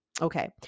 Okay